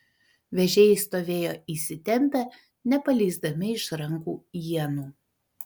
vežėjai stovėjo įsitempę nepaleisdami iš rankų ienų